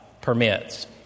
permits